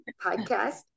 podcast